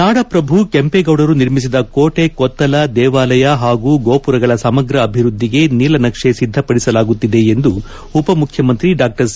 ನಾಡಪ್ರಭು ಕೆಂಪೇಗೌಡರು ನಿರ್ಮಿಸಿದ ಕೋಟೆ ಕೊತ್ತಲ ದೇವಾಲಯ ಪಾಗೂ ಗೋಪುರಗಳ ಸಮಗ್ರ ಅಭಿವೃದ್ಧಿಗೆ ನೀಲ ನಕ್ಷೆ ಸಿದ್ಧಪಡಿಸಲಾಗುತ್ತಿದೆ ಎಂದು ಉಪ ಮುಖ್ಯಮಂತ್ರಿ ಡಾ ಸಿ